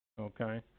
Okay